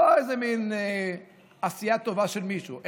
לא איזה מן עשייה טובה של מישהו,